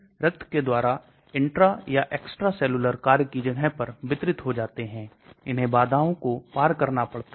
इस दवा को सक्रिय बनाने के लिए esterase जैसे एंजाइम द्वारा इस ester बॉन्ड को hydrolyzed किया जाता है